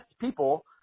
people